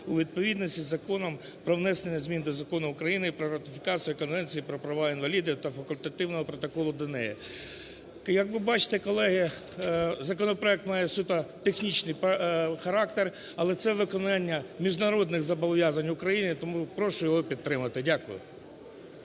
у відповідність із Законом "Про внесення змін до Закону України про ратифікацію конвенції про права інвалідів та факультативного протоколу до неї". Як ви бачите, колеги, законопроект має суто технічний характер, але це виконання міжнародних зобов'язань України. Тому прошу його підтримати. Дякую.